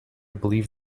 believe